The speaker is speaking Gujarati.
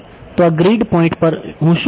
તો આ ગ્રીડ પોઇન્ટ પર હું શું કરું